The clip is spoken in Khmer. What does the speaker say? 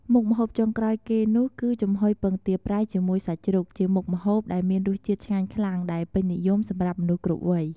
មុខម្ហូបចុងក្រោយគេនោះ គឺចំហុយពងទាប្រៃជាមួយសាច់ជ្រូក ជាមុខម្ហូបដែរមានរសជាតិឆ្ងាញ់ខ្លាំង ដែលពេញនិយមសម្រាប់មនុស្សគ្រប់វ័យ។